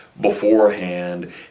beforehand